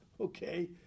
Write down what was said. Okay